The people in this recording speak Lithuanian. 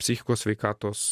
psichikos sveikatos